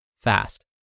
fast